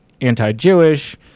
anti-Jewish